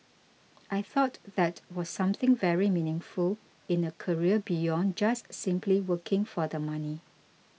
I thought that was something very meaningful in a career beyond just simply working for the money